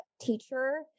teacher